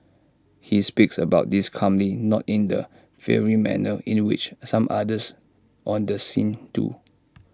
he speaks about this calmly not in the fiery manner in which some others on the scene do